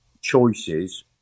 choices